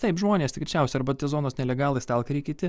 taip žmonės greičiausiai arba tie zonos nelegalai stalkeriai kiti